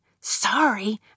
Sorry